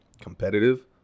competitive